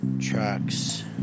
trucks